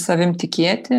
savim tikėti